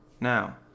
Now